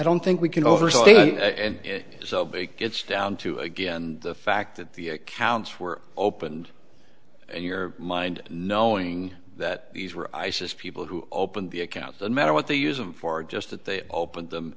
don't think we can overstate it so it gets down to again the fact that the accounts were opened your mind knowing that these were isis people who opened the accounts that matter what they use them for just that they opened them